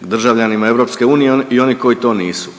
državljanima EU i oni koji to nisu.